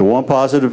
the one positive